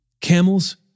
camels